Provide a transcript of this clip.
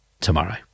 tomorrow